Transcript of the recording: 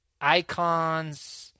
icons